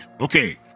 Okay